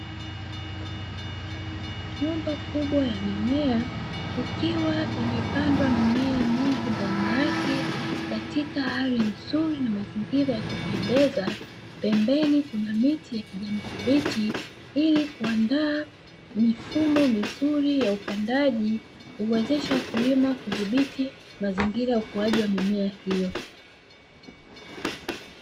Nyumba kubwa ya mimea, ikiwa imepandwa mimea mingi ndani yake katika hali nzuri na mazingira ya kupendeza. Pembeni kuna miti ya kijani kibichi ili kuandaa mifumo mizuri ya upandaji, huwezesha wakulima kudhibiti mazingira ya ukuaji wa mimea hiyo.